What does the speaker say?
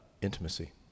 intimacy